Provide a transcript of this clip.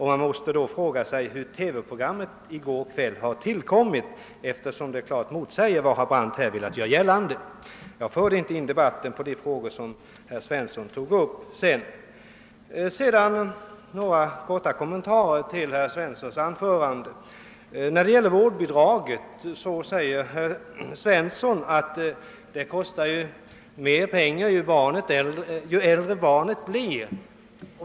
Man måste då fråga sig, hur TV-programmet i går kväll har tillkommit, eftersom det klart motsäger vad herr Brandt här gör gällande. Jag förde inte in debatten på de frågor som herr Svensson sedan tog upp. Sedan några korta kommentarer till herr Svenssons anförande. Beträffande vårdbidraget sade herr Svensson att ett barn kostar mer pengar ju äldre barnet blir.